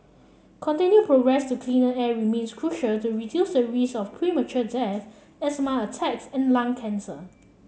continued progress to cleaner air remains crucial to reduce the risk of premature death asthma attacks and lung cancer